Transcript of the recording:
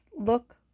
look